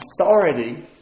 authority